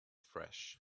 fresh